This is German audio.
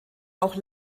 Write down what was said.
auch